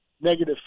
Negative